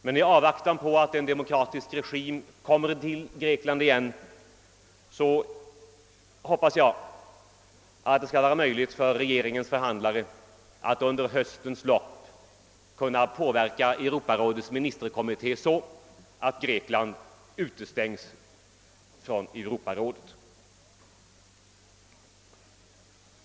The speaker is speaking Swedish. Men i avvaktan på att en demokratisk regim kommer till stånd i Grekland igen hoppas jag, att det skall vara möjligt för regeringens förhandlare att under höstens lopp kunna påverka Europarådets ministerkommitté så att Grekland utestängs från Europarådet.